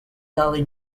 valley